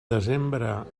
desembre